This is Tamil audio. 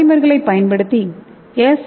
பாலிமர்களைப் பயன்படுத்தி எஸ்